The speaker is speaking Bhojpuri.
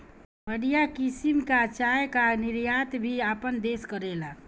बढ़िया किसिम कअ चाय कअ निर्यात भी आपन देस करेला